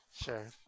sure